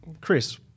Chris